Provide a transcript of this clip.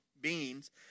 beings